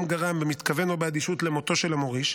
גרם במתכוון או באדישות למותו של המוריש,